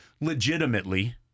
legitimately